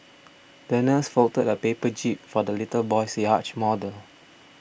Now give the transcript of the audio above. the nurse folded a paper jib for the little boy's yacht model